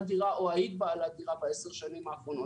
דירה או הייתה בעלת דירה בעשר השנים האחרונות.